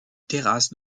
terrasse